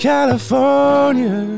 California